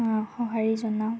অঁ সঁহাৰি জনাওঁ